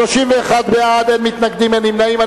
31 בעד, אין מתנגדים, אין נמנעים.